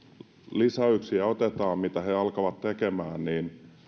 lisäyksiä otetaan mitä he alkavat tekemään niin